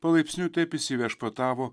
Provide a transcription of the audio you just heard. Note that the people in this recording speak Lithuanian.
palaipsniui taip įsiviešpatavo